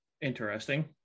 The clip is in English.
Interesting